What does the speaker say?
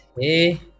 hey